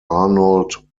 arnold